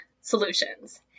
solutions